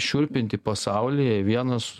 šiurpinti pasaulyje vienas